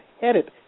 headed